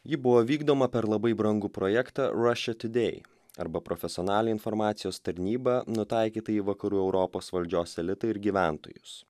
ji buvo vykdoma per labai brangų projektą rašia tiudei arba profesionalią informacijos tarnybą nutaikytą į vakarų europos valdžios elitą ir gyventojus